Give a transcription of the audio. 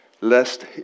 lest